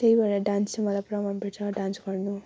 त्यही भएर डान्स मलाई पुरा मन पर्छ डान्स गर्नु